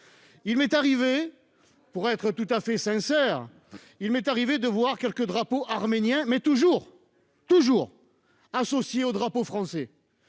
des cérémonies. Pour être tout à fait sincère, il m'est arrivé de voir quelques drapeaux arméniens, mais toujours associés au drapeau français.